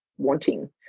wanting